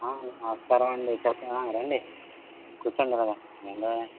నమస్కారం అండి చెప్పండి రండి కూర్చోండి ఇలాగ ఏం కావాల